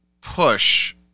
push